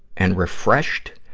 and refreshed,